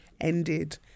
ended